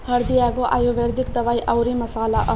हरदी एगो आयुर्वेदिक दवाई अउरी मसाला हअ